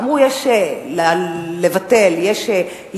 אמרו: יש לבטל, יש לדחות.